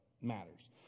matters